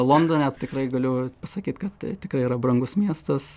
londone tikrai galiu pasakyt kad tikrai yra brangus miestas